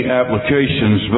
applications